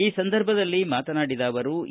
ಈ ಸಂದರ್ಭದಲ್ಲಿ ಮಾತನಾಡಿದ ಅವರು ಇ